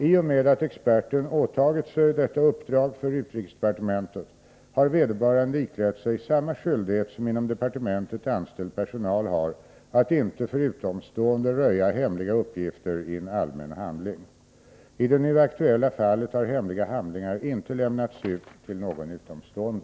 I och med att experten åtagit sig detta uppdrag för utrikesdepartementet har vederbörande iklätt sig samma skyldighet som inom departementet anställd personal har att inte för utomstående röja hemliga uppgifter i en allmän handling. I det nu aktuella fallet har hemliga handlingar inte lämnats ut till någon utomstående.